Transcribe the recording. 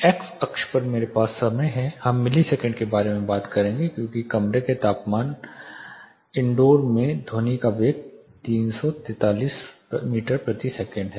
x अक्ष में मेरे पास समय है हम मिलिसेकंड के बारे में बात करेंगे क्योंकि कमरे के तापमान इनडोर में ध्वनि का वेग 343 मीटर प्रति सेकंड है